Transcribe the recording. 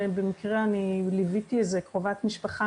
במקרה ליוויתי קרובת משפחה